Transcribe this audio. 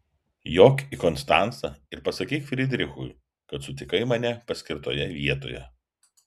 jok į konstancą ir pasakyk fridrichui kad sutikai mane paskirtoje vietoje